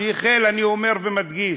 אני אומר ומדגיש,